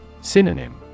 Synonym